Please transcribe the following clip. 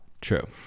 True